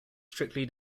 strictly